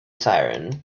siren